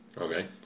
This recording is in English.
Okay